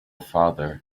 father